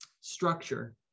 structure